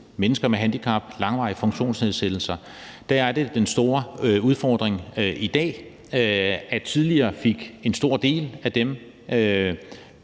mennesker med handicap, langvarige funktionsnedsættelser, at den store udfordring er i dag. Tidligere fik en stor del af dem